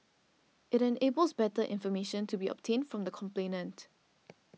it enables better information to be obtained from the complainant